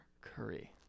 Curry